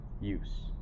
use